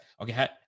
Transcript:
Okay